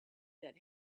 that